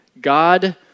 God